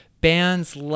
bands